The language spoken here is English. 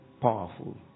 powerful